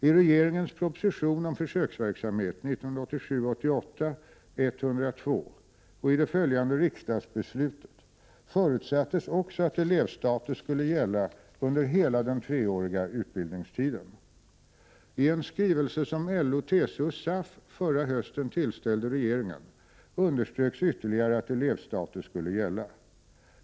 I regeringens proposition om försöksverksamhet 1987/ 88:102 och i det följande riksdagsbeslutet förutsattes också att elevstatus skulle gälla under hela den treåriga utbildningstiden. I en skrivelse som LO, TCO och SAF förra hösten tillställde regeringen underströks ytterligare att elevstatus skulle gälla.